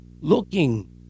looking